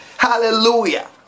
Hallelujah